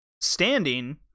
standing